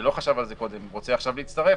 שלא חשב על זה קודם רוצה עכשיו להצטרף,